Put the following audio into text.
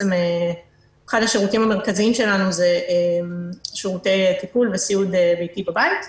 אחד השירותים המרכזיים שלנו זה שרותי טיפול וסיעוד ביתי בבית.